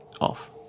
off